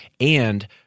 And-